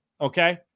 okay